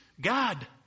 God